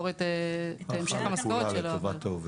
המשכורת שלו -- הלכה לקוּלָּא לטובת העובד.